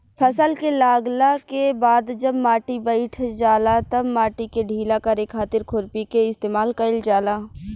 फसल के लागला के बाद जब माटी बईठ जाला तब माटी के ढीला करे खातिर खुरपी के इस्तेमाल कईल जाला